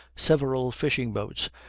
several fishing-boats,